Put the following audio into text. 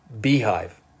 beehive